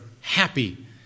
happy